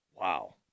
Wow